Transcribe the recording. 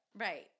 Right